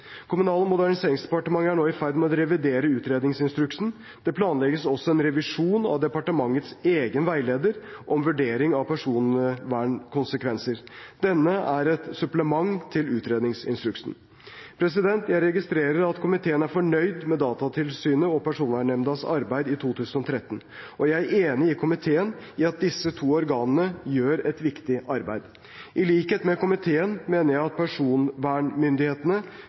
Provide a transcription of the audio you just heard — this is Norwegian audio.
Kommunal- og moderniseringsdepartementet er nå i ferd med å revidere Utredningsinstruksen. Det planlegges også en revisjon av departementets egen veileder om vurdering av personvernkonsekvenser. Denne er et supplement til Utredningsinstruksen. Jeg registrerer at komiteen er fornøyd med Datatilsynets og Personvernnemndas arbeid i 2013, og jeg er enig med komiteen i at disse to organene gjør et viktig arbeid. I likhet med komiteen mener jeg at personvernmyndighetene